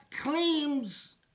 claims